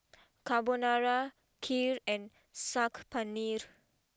Carbonara Kheer and Saag Paneer